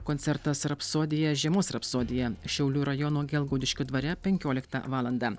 koncertas rapsodija žiemos rapsodija šiaulių rajono gelgaudiškio dvare penkioliktą valandą